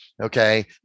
Okay